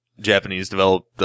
Japanese-developed